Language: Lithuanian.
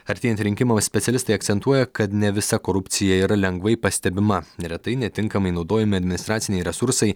artėjant rinkimams specialistai akcentuoja kad ne visa korupcija yra lengvai pastebima neretai netinkamai naudojami administraciniai resursai